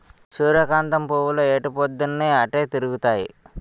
సూర్యకాంతం పువ్వులు ఎటుపోద్దున్తీ అటే తిరుగుతాయి